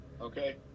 Okay